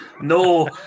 No